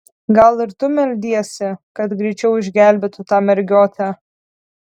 gal ir tu meldiesi kad greičiau išgelbėtų tą mergiotę